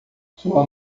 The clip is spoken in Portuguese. sua